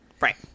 Right